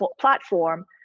platform